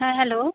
ᱦᱮᱸ ᱦᱮᱞᱳ